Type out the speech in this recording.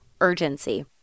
urgency